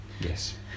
Yes